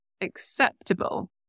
acceptable